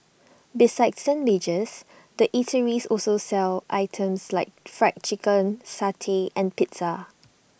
besides sandwiches the eateries also sell items like Fried Chicken satay and pizza